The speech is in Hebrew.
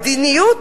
מדיניות,